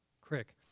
Crick